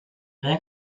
rien